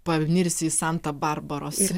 panirsi į santa barbaros